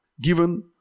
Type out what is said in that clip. given